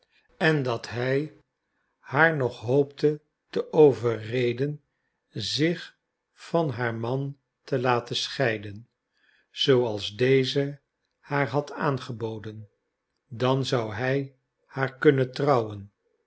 en dat hij haar nog hoopte te overreden zich van haar man te laten scheiden zooals deze haar had aangeboden dan zou hij haar kunnen trouwen